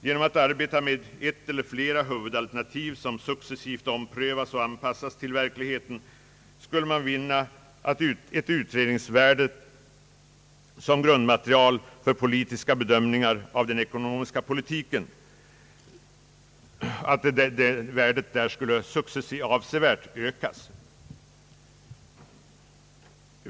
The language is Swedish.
Genom att arbeta med ett eller flera huvudalternativ som successivt omprövas och anpassas till verkligheten skulle man vinna att utredningsvärdet som grundmaterial för politiska bedömningar av den ekonomiska politiken skulle avsevärt ökas.